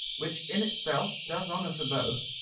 which in itself does honour to both,